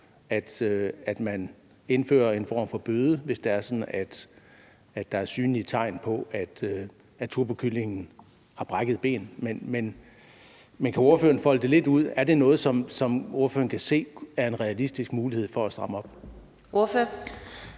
at man indfører en form for bøde, hvis det er sådan, at der er synlige tegn på, at turbokyllingen har brækkede ben. Kan ordføreren folde det lidt ud? Er det noget, som ordføreren kan se er en realistisk mulighed i forhold til at stramme op? Kl.